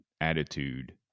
attitude